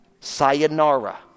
Sayonara